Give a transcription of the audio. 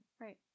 Right